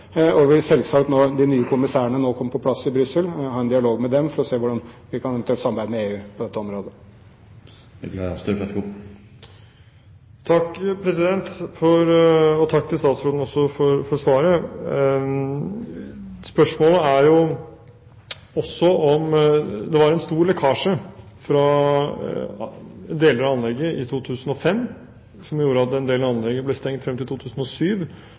vil selvsagt, når de nye kommissærene nå kommer på plass i Brussel, ha en dialog med dem for å se hvordan vi eventuelt kan samarbeide med EU på dette området. Jeg takker statsråden for svaret. Det var en stor lekkasje fra deler av anlegget i 2005 som gjorde at en del av det ble stengt frem til 2007.